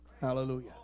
Hallelujah